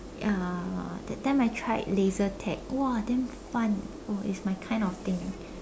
ya that time I tried laser tag !wah! damn fun oh it's my kind of thing